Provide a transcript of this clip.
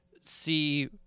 see